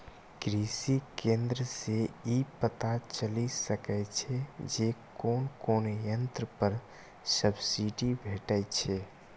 कृषि केंद्र सं ई पता चलि सकै छै जे कोन कोन यंत्र पर सब्सिडी भेटै छै